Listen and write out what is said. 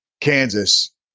Kansas